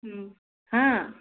ꯎꯝ ꯍꯥ